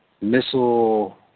missile